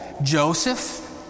Joseph